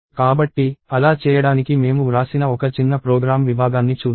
కాబట్టి అలా చేయడానికి మేము వ్రాసిన ఒక చిన్న ప్రోగ్రామ్ విభాగాన్ని చూద్దాం